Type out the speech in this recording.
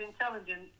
intelligent